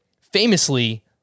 famously